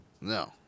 No